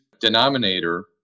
denominator